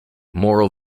moral